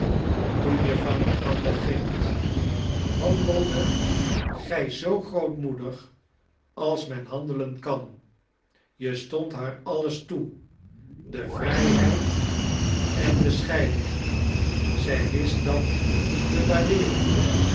toen je van elkander gingt handeldet gij zoo grootmoedig als men handelen kan je stond haar alles toe de vrijheid en de scheiding zij wist dat te waardeeren